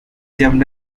jumped